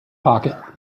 pocket